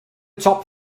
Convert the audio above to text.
top